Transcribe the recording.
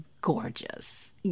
gorgeous